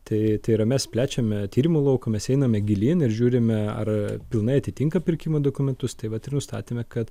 tai tai yra mes plečiame tyrimų lauką mes einame gilyn ir žiūrime ar pilnai atitinka pirkimo dokumentus tai vat ir nustatėme kad